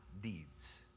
deeds